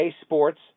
Sports